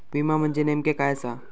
विमा म्हणजे नेमक्या काय आसा?